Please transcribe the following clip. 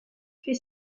fait